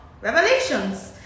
revelations